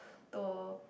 to